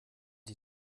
die